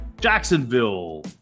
Jacksonville